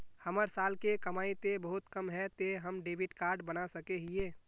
हमर साल के कमाई ते बहुत कम है ते हम डेबिट कार्ड बना सके हिये?